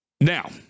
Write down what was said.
Now